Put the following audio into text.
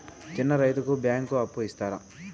చిన్న రైతుకు బ్యాంకు అప్పు ఇస్తారా?